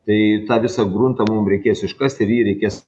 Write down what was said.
tai tą visą gruntą mum reikės iškast ir jį reikės